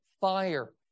fire